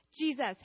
Jesus